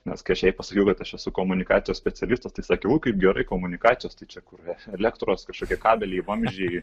nes kai aš jai pasakiau kad aš esu komunikacijos specialistas tai sakė o kaip gerai komunikacijos tai čia kur ves elektros kažkokie kabeliai vamzdžiai